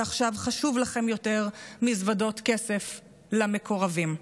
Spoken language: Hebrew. ועכשיו חשובות לכם יותר מזוודות כסף למקורבים.